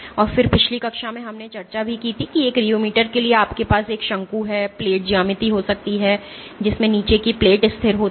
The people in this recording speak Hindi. और फिर पिछली कक्षा में हमने चर्चा की थी कि एक रियोमीटर के लिए आपके पास एक शंकु और प्लेट ज्यामिति हो सकती है जिसमें नीचे की प्लेट स्थिर होती है